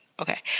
Okay